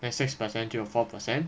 then six percent 就 four percent